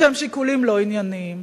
שהם שיקולים לא ענייניים.